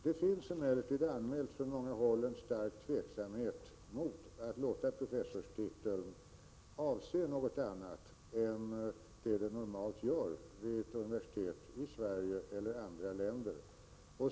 Det har emellertid från många håll anmälts en stark tveksamhet mot att låta professorstiteln avse något annat än den normalt gör vid ett universitet i Sverige och andra länder.